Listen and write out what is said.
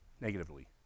negatively